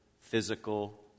physical